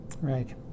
right